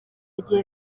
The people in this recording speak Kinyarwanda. gihe